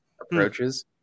approaches